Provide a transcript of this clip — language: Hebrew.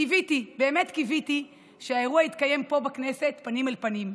קיוויתי שהאירוע יתקיים פה בכנסת פנים אל פנים,